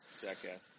jackass